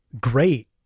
great